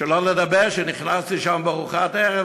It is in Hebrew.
שלא לדבר שנכנסתי לשם לארוחת ערב,